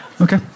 Okay